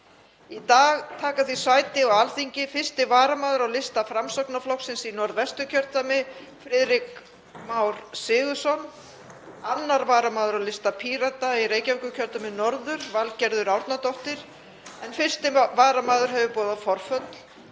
Í dag taka því sæti á Alþingi 1. varamaður á lista Framsóknarflokks í Norðvesturkjördæmi, Friðrik Már Sigurðsson, 2. varamaður á lista Pírata í Reykjavíkurkjördæmi norður, Valgerður Árnadóttir, en 1. varamaður hefur boðað forföll,